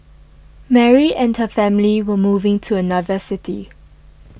Mary and her family were moving to another city